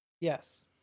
Yes